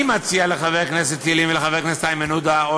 אני מציע לחבר הכנסת ילין ולחבר הכנסת איימן עודה,